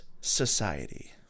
society